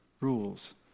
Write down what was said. Rules